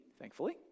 thankfully